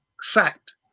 sacked